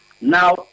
Now